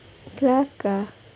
kelakar